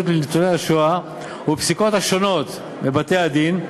לניצולי השואה ובפסיקות השונות בבתי-הדין,